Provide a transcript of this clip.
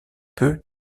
peu